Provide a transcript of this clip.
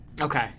Okay